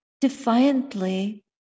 defiantly